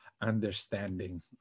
understanding